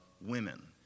women